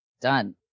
done